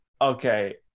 Okay